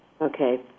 Okay